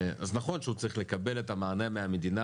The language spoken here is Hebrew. אז נכון שהוא צריך לקבל את המענה מהמדינה